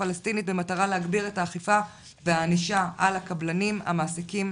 הפלסטינית במטרה להגביר את האכיפה והענישה על הקבלנים המעסיקים